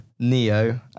Neo